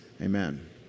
amen